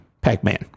Pac-Man